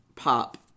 pop